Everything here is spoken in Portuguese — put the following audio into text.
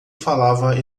falava